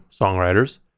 songwriters